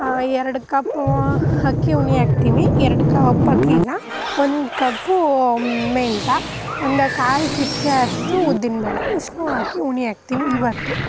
ಎರ್ಡು ಕಪ್ಪು ಹಕ್ಕಿ ಉನಿ ಹಾಕ್ತೀವಿ ಎರ್ಡು ಕಪ್ ಅಕ್ಕಿಗೆ ಒಂದು ಕಪ್ಪೂ ಮೆಂತ್ಯ ಒಂದು ಕಾಲು ಚಿಟಿಕೆ ಅಷ್ಟು ಉದ್ದಿನ ಬೇಳೆ ಇಷ್ಟನ್ನೂ ಹಾಕಿ ಉನಿ ಹಾಕ್ತೀವಿ ಇವತ್ತು